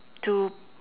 to